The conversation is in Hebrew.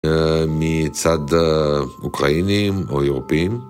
מצד אוקראינים או אירופאים.